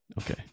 Okay